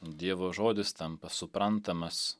dievo žodis tampa suprantamas